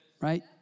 Right